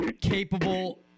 capable